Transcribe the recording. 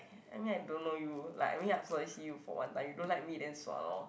I mean I don't know you like I mean I only see you for one time you don't like me then sua lor